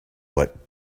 what